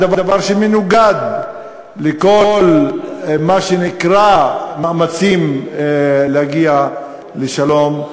זה דבר שמנוגד לכל מה שנקרא "מאמצים להגיע לשלום".